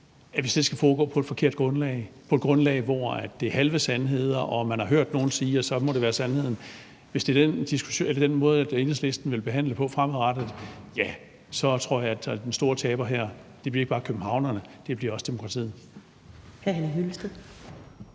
hvis det skal foregå på et forkert grundlag med halve sandheder, og at man har hørt nogen sige noget, og så må det være sandheden. Hvis det er den måde, Enhedslisten vil handle på fremadrettet, ja, så tror jeg, at den store taber her ikke bare bliver københavnerne, det bliver også demokratiet.